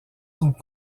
sont